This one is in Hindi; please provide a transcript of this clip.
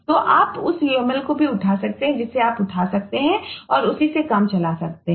तो आप उस uml को भी उठा सकते हैं जिसे आप उठा सकते हैं और उसी से काम चला सकते हैं